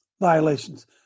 violations